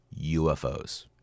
UFOs